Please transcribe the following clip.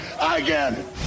again